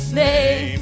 name